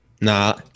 Nah